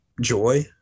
joy